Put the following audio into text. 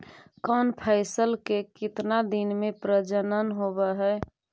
कौन फैसल के कितना दिन मे परजनन होब हय?